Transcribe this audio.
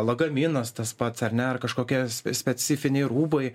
lagaminas tas pats ar ne ar kažkokie specifiniai rūbai